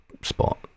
spot